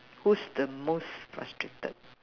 who's the most frustrated